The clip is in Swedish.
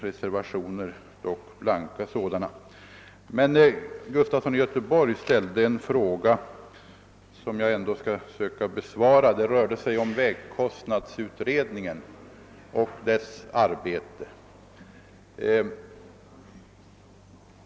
Herr Gustafson i Göteborg ställde emellertid en fråga om vägkostnadsutredningen och dess arbete, som jag skall söka besvara.